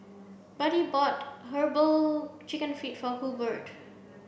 Buddy bought herbal chicken feet for Hurbert